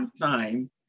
time